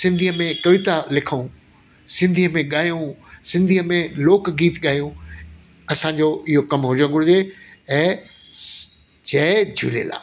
सिंधीअ में कविता लिखूं सिंधीअ में ॻायूं सिंधीअ में लोक गीत ॻायूं असांजो इहो कमु हुजणु घुरिजे ऐं जय झूलेलाल